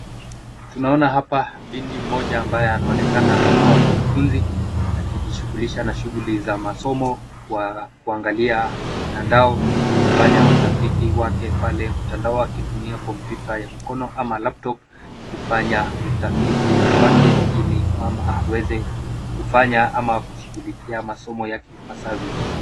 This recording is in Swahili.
Tunaona hapa binti moja ambaye anaonekana kuwa mwanafunzi akijishugulisha na shuguli za masomo kuangalia mtandao kufanya utafiti wake pale mtandao akitumia kompyuta ya mkono au cs[laptop]cs kufanya utafiti wake ili kwamba aweze kufanya ama kushugulikia masomo yake ipasavyo.